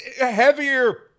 heavier